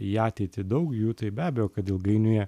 į ateitį daug jų tai be abejo kad ilgainiui